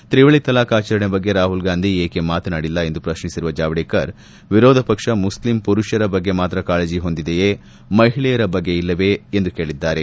ತ್ರಿವಳಿ ತಲಾಖ್ ಆಚರಣೆ ಬಗ್ಗೆ ರಾಹುಲ್ ಗಾಂಧಿ ಏಕೆ ಮಾತನಾಡಿಲ್ಲ ಎಂದು ಶ್ರಶ್ನಿಸಿರುವ ಜಾವಡೇಕರ್ ವಿರೋಧ ಪಕ್ಷ ಮುಸ್ಲಿಂ ಪುರುಷರ ಬಗ್ಗೆ ಮಾತ್ರ ಕಾಳಜಿ ಹೊಂದಿದೆಯೇ ಮಹಿಳೆಯರ ಬಗ್ಗೆ ಇಲ್ಲವೇ ಎಂದು ಕೇಳಿದ್ದಾರೆ